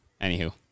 Anywho